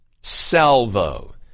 salvo